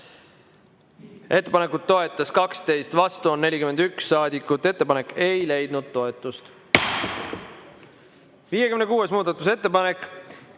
Ettepanekut toetas 12 ja vastu on 41 saadikut, ettepanek ei leidnud toetust. 56. muudatusettepanek,